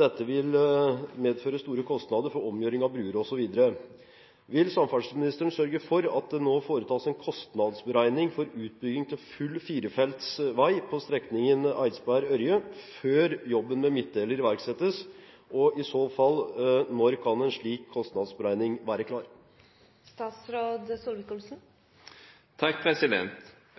Dette vil medføre store kostnader for omgjøring av bruer osv. Vil statsråden sørge for at det nå foretas en kostnadsberegning for utbygging til full firefelts vei på strekning Eidsberg–Ørje før arbeidet med midtdeler iverksettes, og når kan en slik kostnadsberegning være klar?»